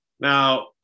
Now